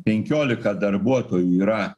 penkiolika darbuotojų yra